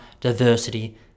diversity